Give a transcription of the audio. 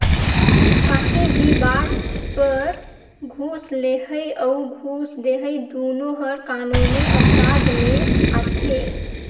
काहीं भी बात बर घूस लेहई अउ घूस देहई दुनो हर कानूनी अपराध में आथे